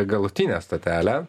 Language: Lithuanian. galutinę stotelę